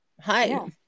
Hi